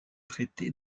traité